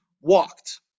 walked